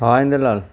हा इंद्रलाल